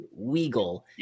Weagle